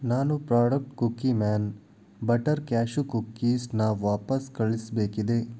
ನಾನು product Cookieman butter cashew ಕುಕೀಸನ್ನು ವಾಪಸು ಕಳಿಸಬೇಕಿದೆ